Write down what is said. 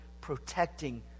protecting